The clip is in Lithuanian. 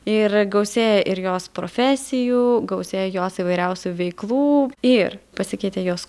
ir gausėja ir jos profesijų gausėja jos įvairiausių veiklų ir pasikeitė jos